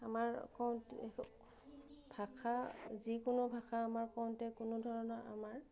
আমাৰ অকল ভাষা যিকোনো ভাষা আমাৰ কওঁতে কোনো ধৰণৰ আমাৰ